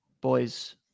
boys